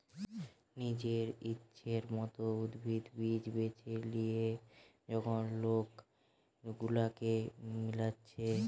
নিজের ইচ্ছের মত উদ্ভিদ, বীজ বেছে লিয়ে যখন লোক সেগুলাকে মিলাচ্ছে